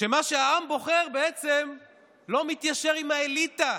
שמה שהעם בוחר בעצם לא מתיישר עם האליטה.